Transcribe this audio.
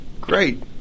Great